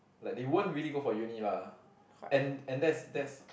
like they won't really go for uni lah and and that's that's